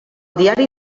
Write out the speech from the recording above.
diari